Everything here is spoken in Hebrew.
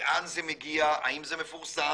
לאן זה מגיע, האם זה מפורסם,